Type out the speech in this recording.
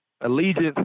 allegiance